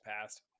past